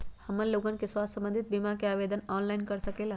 हमन लोगन के स्वास्थ्य संबंधित बिमा का आवेदन ऑनलाइन कर सकेला?